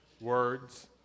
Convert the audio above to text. words